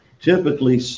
typically